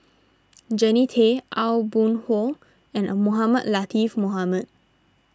Jannie Tay Aw Boon Haw and Mohamed Latiff Mohamed